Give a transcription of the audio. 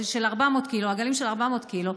עגלים של 400 קילו,